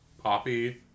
Poppy